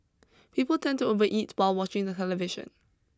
people tend to overeat while watching the television